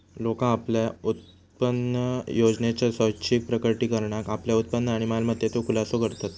लोका आपल्या उत्पन्नयोजनेच्या स्वैच्छिक प्रकटीकरणात आपल्या उत्पन्न आणि मालमत्तेचो खुलासो करतत